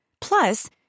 Plus